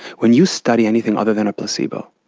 when you study anything other than a placebo,